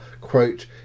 quote